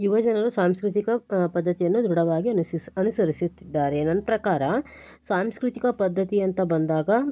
ಯುವ ಜನರು ಸಾಂಸ್ಕ್ರತಿಕ ಪದ್ಧತಿಯನ್ನು ದೃಢವಾಗಿ ಅನುಸರಿಸುತ್ತಿದ್ದಾರೆ ನನ್ನ ಪ್ರಕಾರ ಸಾಂಸ್ಕ್ರತಿಕ ಪದ್ಧತಿ ಅಂತ ಬಂದಾಗ